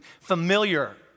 familiar